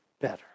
better